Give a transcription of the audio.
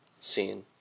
scene